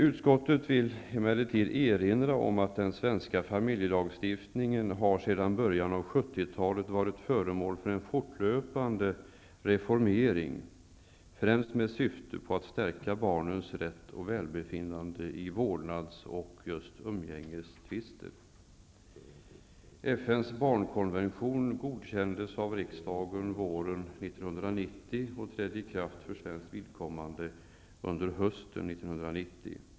Utskottet vill emellertid erinra om att den svenska familjelagstiftningen sedan början av 1970-talet har varit föremål för en fortlöpande reformering, främst med syfte att stärka barnens rätt och välbefinnande vid vårdnads och umgängestvister. FN:s barnkonvention godkändes av riksdagen våren 1990 och trädde för svenskt vidkommande i kraft under hösten 1990.